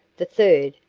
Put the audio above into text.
the third,